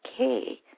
okay